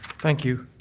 thank you.